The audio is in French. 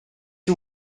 que